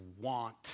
want